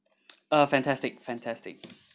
uh fantastic fantastic